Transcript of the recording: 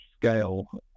scale